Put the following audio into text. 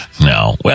No